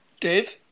Dave